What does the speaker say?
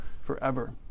forever